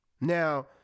Now